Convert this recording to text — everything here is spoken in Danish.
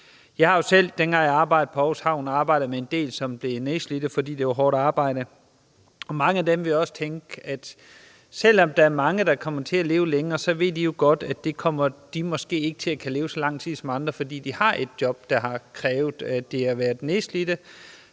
Jeg har selv, dengang jeg arbejdede på Aarhus Havn, arbejdet med en del, som blev nedslidt, fordi det var hårdt arbejde. Og mange af dem vil også tænke, at selv om der er mange, der kommer til at leve længere, så kommer de måske ikke til at leve så længe som andre, fordi de jo godt ved, at de har haft et job, der